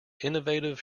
innovative